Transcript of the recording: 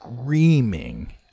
screaming